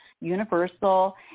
universal